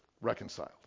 reconciled